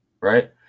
right